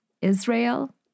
Israel